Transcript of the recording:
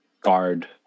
guard